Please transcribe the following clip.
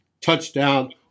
Touchdown